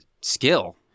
skill